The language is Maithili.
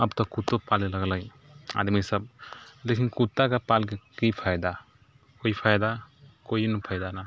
अब तऽ कुत्तो पालै लगलै आदमीसब लेकिन कुत्ताके पालके कि फाइदा कोइ फाइदा कोइ फाइदा नहि